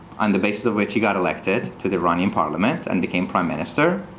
on the basis of which he got elected to the running parliament and became prime minister,